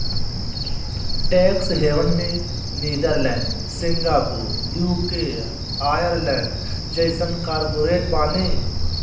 tax haven में Netherlands, Singapore, UK, Ireland जइसन corporate बाने